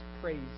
praise